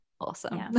Awesome